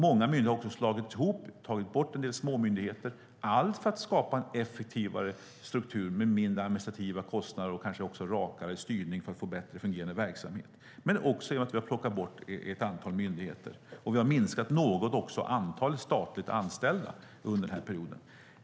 Många myndigheter har slagits ihop, och vi har tagit bort en del småmyndigheter. Allt detta har vi gjort för att skapa en effektivare struktur med mindre administrativa kostnader och kanske också rakare styrning för att få bättre fungerande verksamhet. Men vi har också plockat bort ett antal myndigheter. Vi har också något minskat antalet statligt anställda under denna period.